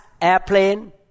airplane